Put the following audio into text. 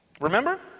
Remember